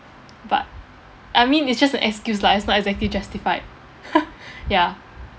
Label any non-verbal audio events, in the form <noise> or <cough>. but I mean it's just an excuse lah it's not exactly justified <laughs> ya